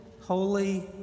holy